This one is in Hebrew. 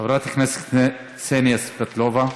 חברת הכנסת קסניה סבטלובה,